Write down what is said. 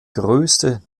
größte